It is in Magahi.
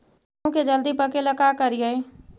गेहूं के जल्दी पके ल का करियै?